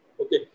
Okay